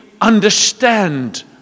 understand